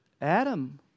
Adam